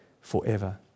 forever